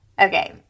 Okay